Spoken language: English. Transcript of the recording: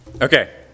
Okay